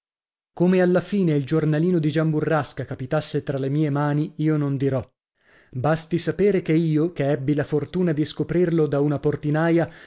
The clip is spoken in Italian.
come alla fine il giornalino di gian burrasca capitasse tra le mie mani io non dirò basti sapere che io che ebbi la fortuna di scoprirlo da una portinaia